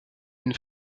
une